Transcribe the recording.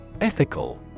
Ethical